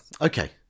okay